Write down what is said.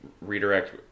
redirect